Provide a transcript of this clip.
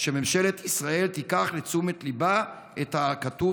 שממשלת ישראל תיקח לתשומת ליבה את הכתוב